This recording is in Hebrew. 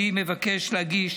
אני מבקש להגיש